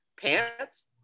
pants